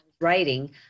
writing